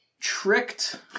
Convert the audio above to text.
tricked